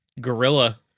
Gorilla